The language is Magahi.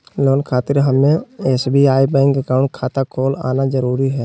लोन खातिर हमें एसबीआई बैंक अकाउंट खाता खोल आना जरूरी है?